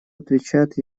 отвечает